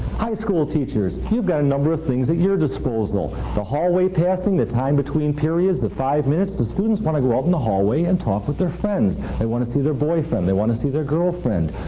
high school teachers, you've got a number of things at your disposal. the hallway passing, the time between periods, the five minutes. the students want to go out in the hallway and talk with their friends. they want to see their boyfriend. they want to see their girlfriend.